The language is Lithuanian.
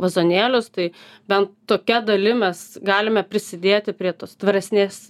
vazonėlius tai bent tokia dalim mes galime prisidėti prie tos tvaresnės